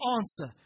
answer